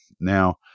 Now